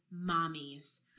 mommies